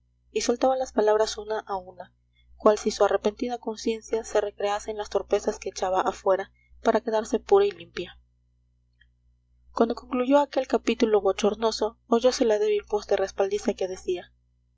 soltaba las palabras una a una cual si su arrepentida conciencia se recrease en las torpezas que echaba afuera para quedarse pura y limpia cuando concluyó aquel capítulo bochornoso oyose la débil voz de respaldiza que decía